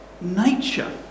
nature